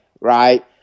right